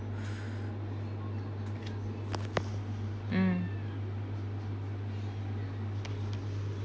mm